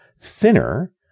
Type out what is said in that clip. thinner